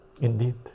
Indeed